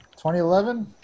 2011